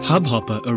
Hubhopper